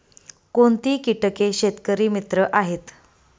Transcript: कोणती किटके शेतकरी मित्र आहेत?